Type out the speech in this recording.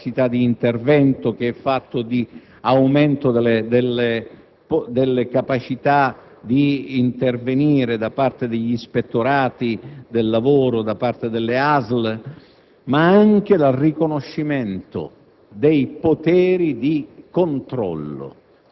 Pretendiamo non soltanto un di più fatto di norme, di capacità di intervento, di aumento delle capacità di intervenire da parte degli ispettorati del lavoro, delle ASL,